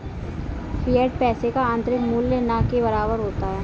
fiat पैसे का आंतरिक मूल्य न के बराबर होता है